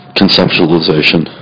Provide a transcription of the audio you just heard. conceptualization